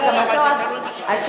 הסכמתו, אני לא אמרתי.